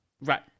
Right